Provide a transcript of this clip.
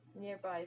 Nearby